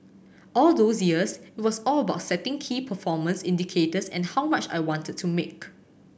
all those years it was all about setting key performance indicators and how much I wanted to make